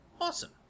Awesome